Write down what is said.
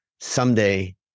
someday